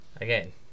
Again